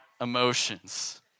emotions